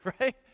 right